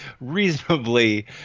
reasonably